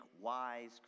wise